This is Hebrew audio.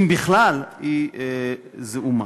היא זעומה,